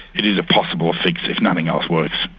it is a possible fix if nothing else works.